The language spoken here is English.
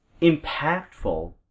impactful